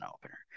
opener